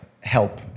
help